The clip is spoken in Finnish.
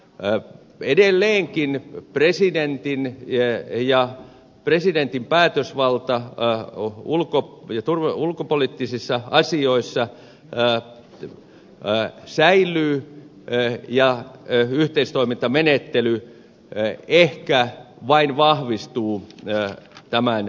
eräät edelleen kiinni presidenttinä ja edelleenkin presidentin päätösvalta ulkopoliittisissa asioissa säilyy ja yhteistoimintamenettely ehkä vain vahvistuu tämän muutoksen myötä